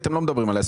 ואתם לא מדברים עליה.